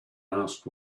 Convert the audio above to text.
asked